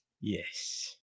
Yes